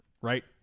Right